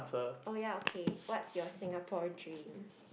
oh ya okay what's your Singapore dream